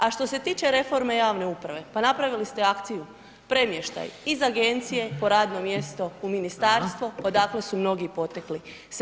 A što se tiče reforme javne uprave, pa napravili ste akciju, premještaj, iz agencije po radnom mjesto u ministarstvo, odakle su mnogi potekli.